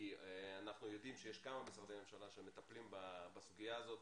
כי אנחנו יודעים שיש כמה משרדי ממשלה שמטפלים בסוגיה הזאת,